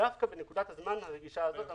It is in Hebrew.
דווקא בנקודת הזמן הרגישה הזאת.